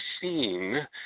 seen